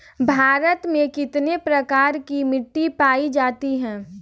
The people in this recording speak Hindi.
भारत में कितने प्रकार की मिट्टी पायी जाती है?